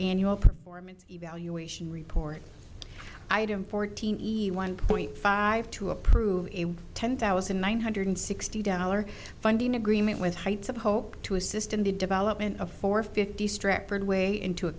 your performance evaluation report item fourteen easy one point five to approve ten thousand nine hundred sixty dollars funding agreement with heights of hope to assist in the development of four fifty stripper and way into a